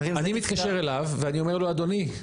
אני מתקשר אליו ואני אומר לו: אדוני,